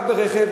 רק ברכב,